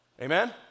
Amen